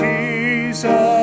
Jesus